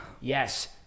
yes